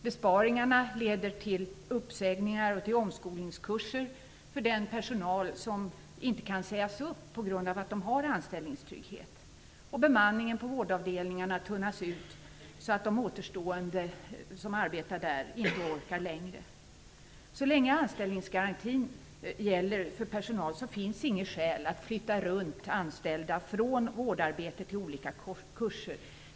Besparingarna leder till uppsägningar och omskolningskurser för den personal som inte kan sägas upp på grund av att den har anställningstrygghet. Bemanningen på vårdavdelningarna tunnas ut så att de återstående som arbetar där inte orkar längre. Så länge anställningsgarantin gäller för personal finns inget skäl att flytta runt anställda från vårdarbete till olika kurser.